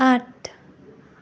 आठ